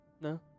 No